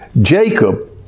Jacob